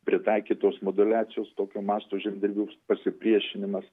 pritaikytos moduliacijos tokio masto žemdirbių s pasipriešinimas